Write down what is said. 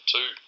Two